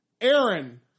Aaron